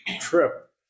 trip